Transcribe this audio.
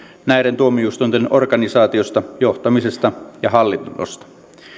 näiden tuomioistuinten organisaatiosta johtamisesta ja hallinnosta